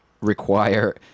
require